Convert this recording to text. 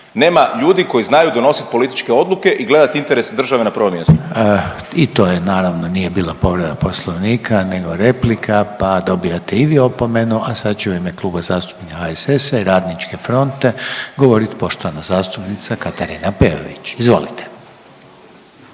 nema ljudi koji znaju donositi političke odluke i gledat interes države na prvom mjestu. **Reiner, Željko (HDZ)** I to je naravno nije bila povreda poslovnika nego replika pa dobijate i vi opomenu. A sad će u ime Kluba zastupnika HSS-a i RF-a govoriti poštovana zastupnica Katarina Peović. Izvolite.